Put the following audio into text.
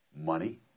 money